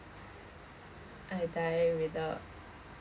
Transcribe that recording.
I die without